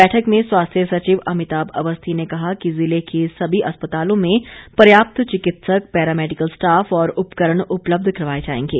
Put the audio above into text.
बैठक में स्वास्थ्य सचिव अमिताभ अवस्थी ने कहा कि जिले के सभी अस्पतालों में पर्याप्त चिकित्सक पैरा मैडिकल स्टाफ और उपकरण उपलब्ध करवाए जाएंगे